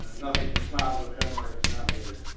nothing was found of him, or his navigator.